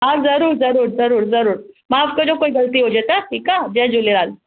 हा ज़रूर ज़रूर ज़रूर ज़रूर माफ़ कजो काई ग़लती हुजे त ठीक आ जय झूलेलाल